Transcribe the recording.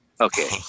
Okay